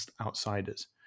outsiders